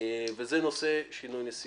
וזה נושא שינוי נסיבות.